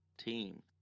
team